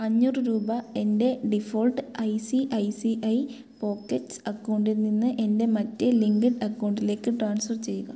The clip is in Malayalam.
അഞ്ഞൂറ് രൂപ എൻ്റെ default I C I C I Pockets അക്കൗണ്ടിൽ നിന്ന് എൻ്റെ മറ്റേ ലിങ്ക്ഡ് അക്കൗണ്ടിലേക്ക് ട്രാൻസ്ഫർ ചെയ്യുക